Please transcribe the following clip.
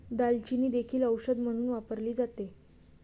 दालचिनी देखील औषध म्हणून वापरली जाते